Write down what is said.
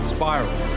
Spiral